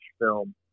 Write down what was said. film